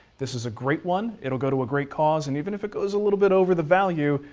this is a great one. it'll go to a great cause and even if it goes a little bit over the value,